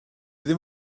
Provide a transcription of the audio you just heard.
ddim